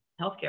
healthcare